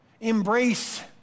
embrace